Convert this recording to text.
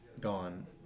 gone